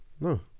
No